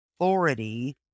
Authority